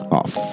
off